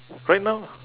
right now